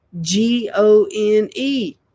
G-O-N-E